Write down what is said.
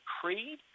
Creed